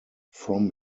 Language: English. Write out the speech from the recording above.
from